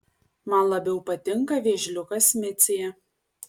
man labiau patinka vėžliukas micė